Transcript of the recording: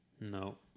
No